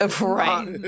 Right